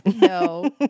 No